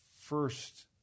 first